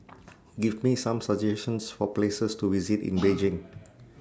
Give Me Some suggestions For Places to visit in Beijing